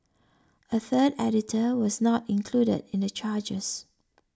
a third editor was not included in the charges